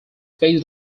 based